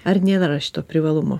ar nėra šito privalumo